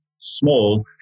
small